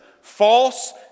false